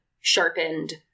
sharpened